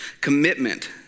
Commitment